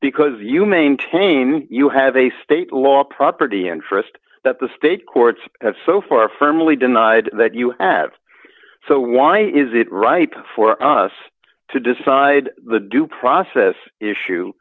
because you maintain you have a state law property interest that the state courts have so far firmly denied that you have so why is it right for us to decide the due process issue